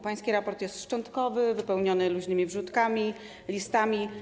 Pański raport jest szczątkowy, wypełniony luźnymi wrzutkami, listami.